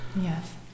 Yes